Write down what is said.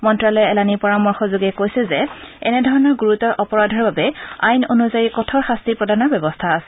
মন্ত্যালয়ে এলানি পৰামৰ্শযোগে কৈছে যে এনেধৰণৰ গুৰুতৰ অপৰাধৰ বাবে আইন অনুযায়ী কঠোৰ শাস্তি প্ৰদানৰ ব্যৱস্থা আছে